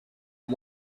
and